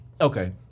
okay